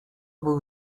był